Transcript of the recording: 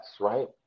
right